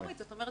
זאת השאיפה.